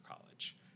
college